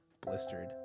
Blistered